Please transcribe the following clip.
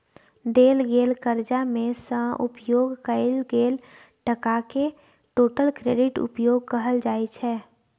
देल गेल करजा मे सँ उपयोग कएल गेल टकाकेँ टोटल क्रेडिट उपयोग कहल जाइ छै